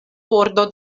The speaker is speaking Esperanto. bordo